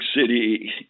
City